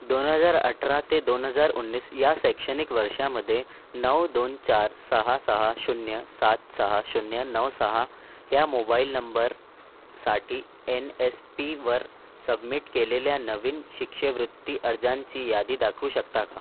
दोन हजार अठरा ते दोन हजार उन्नीस या शैक्षणिक वर्षामध्ये नऊ दोन चार सहा सहा शून्य सात सहा शून्य नऊ सहा ह्या मोबाइल नंबरसाठी एन एस पी वर सबमिट केलेल्या नवीन शिष्यवृत्ती अर्जांची यादी दाखवू शकता का